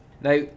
now